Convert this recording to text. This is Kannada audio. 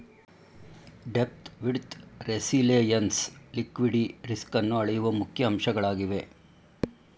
ಡೆಪ್ತ್, ವಿಡ್ತ್, ರೆಸಿಲೆಎನ್ಸ್ ಲಿಕ್ವಿಡಿ ರಿಸ್ಕನ್ನು ಅಳೆಯುವ ಮುಖ್ಯ ಅಂಶಗಳಾಗಿವೆ